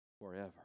forever